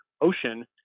ocean